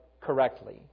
correctly